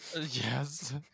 Yes